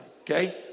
okay